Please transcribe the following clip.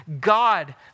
God